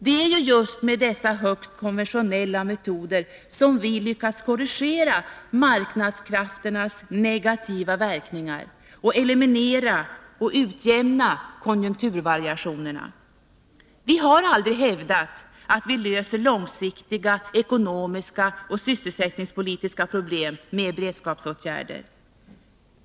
Det var just med dessa högst konventionella metoder, som vi lyckades korrigera marknadskrafternas negativa verkningar och eliminera och utjämna konjunkturvariationerna. Vi har aldrig hävdat att vi löser långsiktiga ekonomiska och sysselsättningspolitiska problem med beredskapsåtgärder.